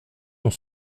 dans